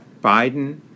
Biden